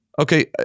Okay